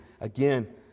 again